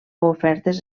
ofertes